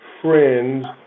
friends